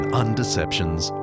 undeceptions